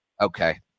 Okay